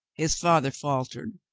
his father faltered.